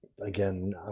Again